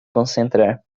concentrar